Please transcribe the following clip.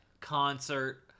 concert